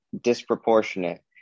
disproportionate